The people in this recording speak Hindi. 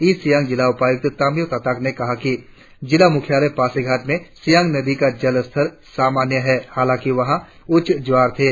इस्ट सियांग जिला उपायुक्त तामीओ ताटाक ने कहा कि जिला मुख्यालय पासीघाट में सियांग नदी का जल स्तर सामान्य है हालाकि वहां उच्च ज्वार थे